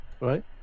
Right